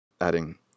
adding